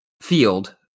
field